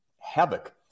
havoc